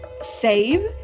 save